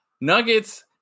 Nuggets